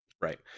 right